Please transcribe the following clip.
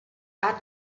are